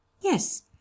Yes